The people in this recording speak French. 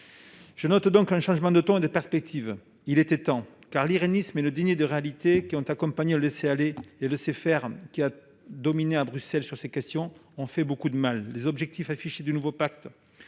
Je note donc un changement de ton et de perspectives. Il était temps, car l'irénisme et le déni de réalité qui ont accompagné le laisser-aller et le laisser-faire ayant dominé à Bruxelles sur ces questions ont fait beaucoup de mal. Les objectifs affichés du nouveau pacte,